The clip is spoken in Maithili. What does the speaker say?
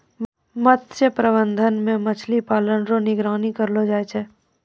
मत्स्य प्रबंधन मे मछली पालन रो निगरानी करलो जाय छै